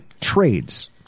Trades